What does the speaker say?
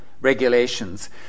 Regulations